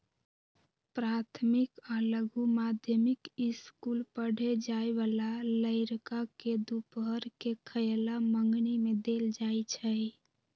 प्राथमिक आ लघु माध्यमिक ईसकुल पढ़े जाय बला लइरका के दूपहर के खयला मंग्नी में देल जाइ छै